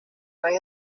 way